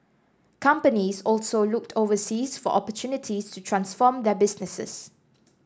companies also looked overseas for opportunities to transform their businesses